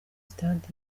stade